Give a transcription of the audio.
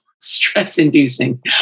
stress-inducing